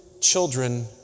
children